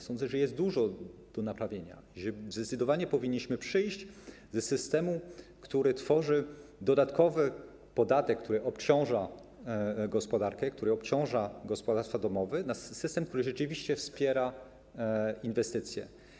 Sądzę, że jest dużo do naprawienia, że zdecydowanie powinniśmy przejść z systemu, który tworzy dodatkowy podatek, który obciąża gospodarkę, który obciąża gospodarstwa domowe, na system, który rzeczywiście wspiera inwestycje.